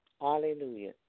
Hallelujah